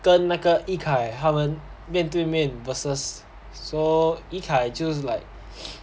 跟那个 yikai 他们面对面 versus so yikai 就 like